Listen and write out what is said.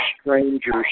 strangers